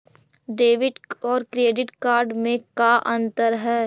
Debit और credit card में का अंतर है?